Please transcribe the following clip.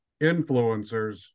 influencers